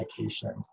medications